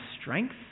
strength